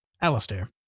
Alistair